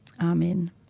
Amen